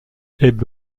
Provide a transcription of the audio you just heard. ebbe